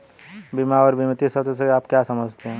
बीमा और बीमित शब्द से आप क्या समझते हैं?